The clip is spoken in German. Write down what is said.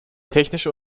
technische